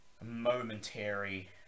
momentary